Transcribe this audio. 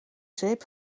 zeep